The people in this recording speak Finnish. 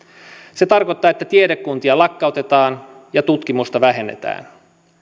se tarkoittaa että tiedekuntia lakkautetaan ja tutkimusta vähennetään